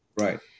right